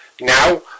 Now